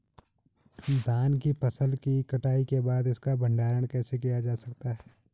धान की फसल की कटाई के बाद इसका भंडारण कैसे किया जा सकता है?